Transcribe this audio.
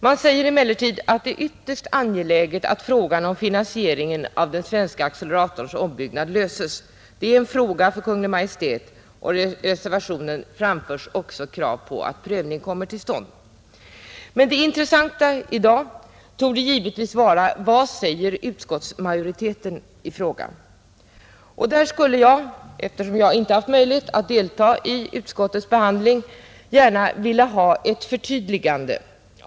De säger emellertid att det är ytterst angeläget att frågan om finansieringen av den svenska acceleratorns ombyggnad löses. Det är en fråga för Kungl. Maj:t och i reservationen framförs också krav på att en prövning kommer till stånd. Men det intressanta i dag torde vara: Vad säger utskottsmajoriteten i frågan? Eftersom jag inte har haft möjlighet att delta i utskottets behandling av ärendet skulle jag gärna vilja ha ett förtydligande.